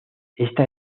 esta